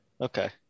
Okay